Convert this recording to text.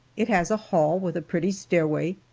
it has a hall with a pretty stairway,